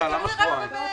זה תלוי רק בממשלה.